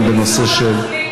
גם בנושא של,